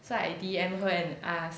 so I D_M her and ask